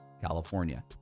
California